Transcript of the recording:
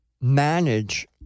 manage